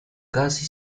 casi